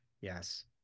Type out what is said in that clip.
yes